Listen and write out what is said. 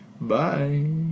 Bye